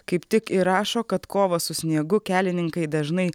kaip tik ir rašo kad kovą su sniegu kelininkai dažnai